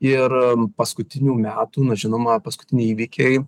ir paskutinių metų na žinoma paskutiniai įvykiai